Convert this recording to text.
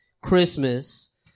Christmas